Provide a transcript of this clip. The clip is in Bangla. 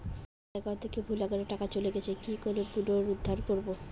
আমার একাউন্ট থেকে ভুল একাউন্টে টাকা চলে গেছে কি করে পুনরুদ্ধার করবো?